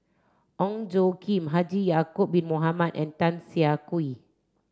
Ong Tjoe Kim Haji Ya'acob bin Mohamed and Tan Siah Kwee